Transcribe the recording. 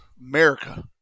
America